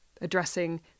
addressing